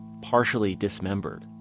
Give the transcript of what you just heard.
partially dismembered.